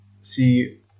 See